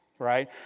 right